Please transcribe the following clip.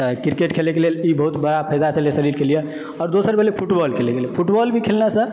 तऽ क्रिकेट खेलयके लेल ई बहुत बड़ा फायदा छलियै शरीरके लिए आओर दोसर भेलय फुटबाल खेलयके लेल फुटबाल भी खेलनाइसँ